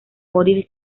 morir